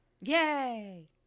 Yay